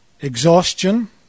exhaustion